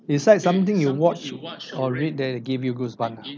is there something you watch or read that gives you goosebumps